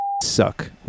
suck